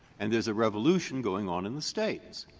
and there's a revolution going on in the states.